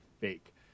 fake